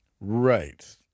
Right